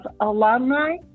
alumni